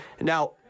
Now